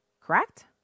correct